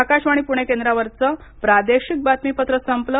आकाशवाणी पुणे केंद्रावरचं प्रादेशिक बातमीपत्र संपलं